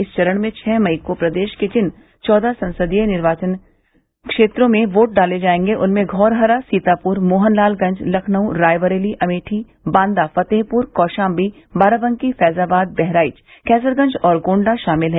इस चरण में छह मई को प्रदेश के जिन चौदह संसदीय निर्वाचन क्षेत्रों में वोट डाले जायेंगे उनमें धौरहरा सीतापुर मोहनलालगंज लखनऊ रायबरेली अमेठी बांदा फृतेहपुर कौशाम्बी बाराबंकी फैज़ाबाद बहराइच कैसरगंज और गोण्डा शामिल हैं